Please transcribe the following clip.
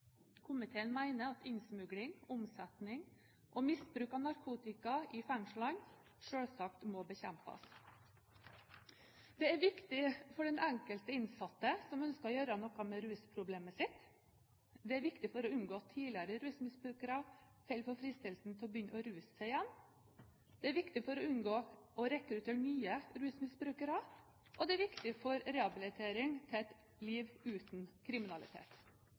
Komiteen mener at innsmugling, omsetning og misbruk av narkotika i fengslene selvsagt må bekjempes. Det er viktig for den enkelte innsatte som ønsker å gjøre noe med rusproblemet sitt, det er viktig for å unngå at tidligere rusmisbrukere faller for fristelsen til å begynne å ruse seg igjen, det er viktig for å unngå å rekruttere nye rusmisbrukere, og det er viktig for rehabilitering til et liv uten kriminalitet.